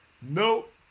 Nope